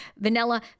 vanilla